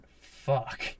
fuck